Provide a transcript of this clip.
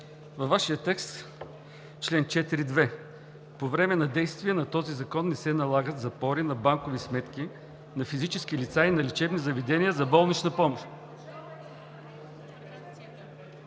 Във Вашия текст – чл. 4, ал. 2: „(2) По време на действие на този закон не се налагат запори на банкови сметки на физически лица и на лечебни заведения за болнична помощ...“